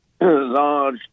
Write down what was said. large